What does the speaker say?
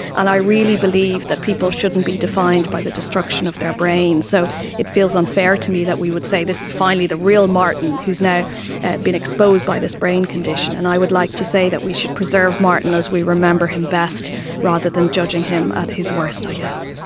and i really believe that people shouldn't be defined by the destruction of their brain. so it feels unfair to me that we would say this is finally the real martin who has now been exposed by this brain condition. and i would like to say that we should preserve martin as we remember him best rather than judging him at his worst i guess.